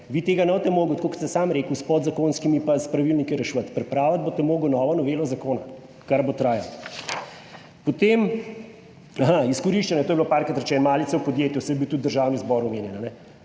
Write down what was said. vi tega ne boste mogel, tako kot ste sam rekel, s podzakonskimi pa s pravilniki reševati. Pripraviti boste mogli novo novelo zakona, kar bo trajalo. Potem izkoriščanje, to je bilo parkrat rečeno, malice v podjetju, saj je bil tudi Državni zbor omenjen.